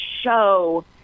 show